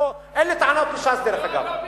אין לי טענות לש"ס, דרך אגב.